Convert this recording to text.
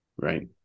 right